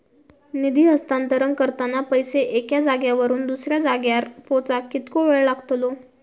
निधी हस्तांतरण करताना पैसे एक्या जाग्यावरून दुसऱ्या जाग्यार पोचाक कितको वेळ लागतलो?